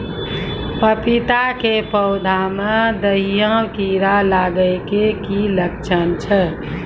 पपीता के पौधा मे दहिया कीड़ा लागे के की लक्छण छै?